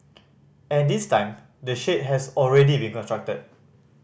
and this time the shade has already been constructed